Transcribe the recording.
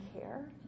care